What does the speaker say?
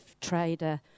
trader